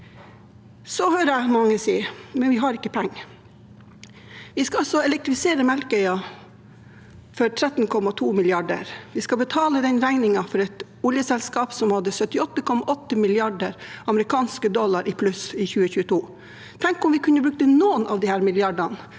Jeg hører mange si at vi ikke har penger, men vi skal altså elektrifisere Melkøya for 13,2 mrd. kr. Vi skal betale den regningen for et oljeselskap som hadde 78,8 mrd. amerikanske dollar i pluss i 2022. Tenk om vi kunne brukt noen av de milliardene